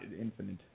infinite